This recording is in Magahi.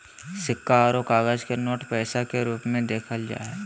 सिक्का आरो कागज के नोट पैसा के रूप मे देखल जा हय